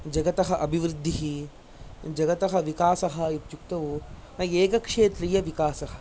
जगतः अभिवृद्धिः जगतः विकासः इत्युक्तौ एकक्षेत्रीयविकासः